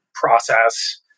process